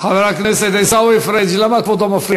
לא אמרנו